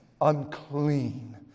unclean